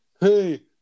hey